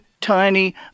tiny